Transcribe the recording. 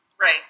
Right